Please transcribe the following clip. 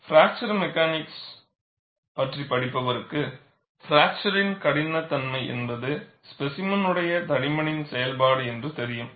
fracture mechanics பற்றி படிப்பவருக்கு பிராக்சரின் கடினத்தன்மை என்பது ஸ்பேசிமெனுடைய தடிமனின் செயல்பாடு என்று தெரியும்